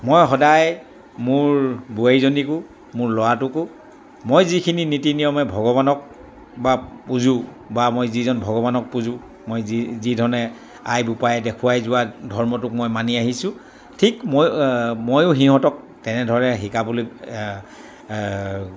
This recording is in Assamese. মই সদায় মোৰ বোৱাৰীজনীকো মোৰ ল'ৰাটোকো মই যিখিনি নীতি নিয়মেৰে ভগৱানক বা পূজোঁ বা মই যিজন ভগৱানক পূজোঁ মই যি যি ধৰণে আই বোপাই দেখুৱাই যোৱা ধৰ্মটোক মই মানি আহিছোঁ ঠিক মই ম ময়ো সিহঁতক তেনেদৰে শিকাবলৈ